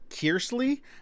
Kearsley